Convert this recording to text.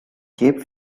cape